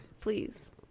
Please